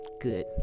good